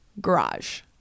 garage